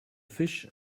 fish